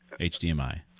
HDMI